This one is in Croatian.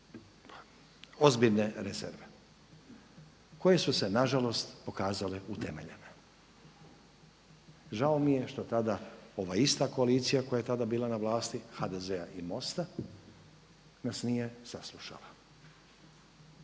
ozbiljne rezerve koje su se na žalost pokazale utemeljene. Žao mi je što tada ova ista koalicija koja je tada bila na vlasti HDZ-a i MOST-a nas nije saslušala.